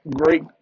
great